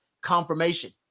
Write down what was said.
confirmation